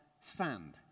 sand